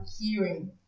hearing